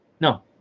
No